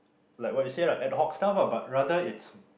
like what you say ah ad hoc stuff ah but rather it's